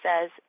says